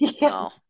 No